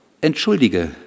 entschuldige